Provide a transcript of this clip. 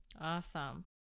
Awesome